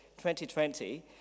2020